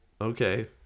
Okay